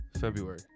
February